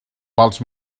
pels